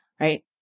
right